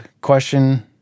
question